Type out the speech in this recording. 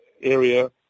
area